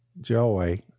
joy